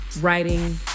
writing